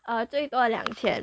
err 最多两天